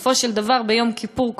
בסופו של דבר ביום כיפור,